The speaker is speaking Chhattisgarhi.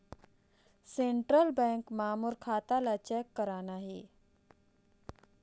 सेंट्रल बैंक मां मोर खाता ला चेक करना हे?